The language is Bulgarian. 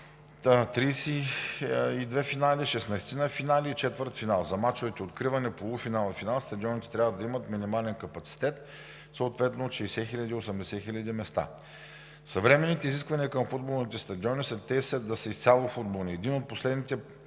32 финала, 16-ина финала и четвъртфинал. За мачовете – откриване, полуфинал и финал, стадионите трябва да имат минимален капацитет съответно от 60 хиляди и 80 хиляди места. Съвременните изисквания към футболните стадиони са те да са изцяло футболни. Един от последните